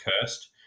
cursed